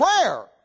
prayer